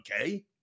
okay